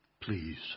please